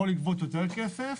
יכול לגבות יותר כסף,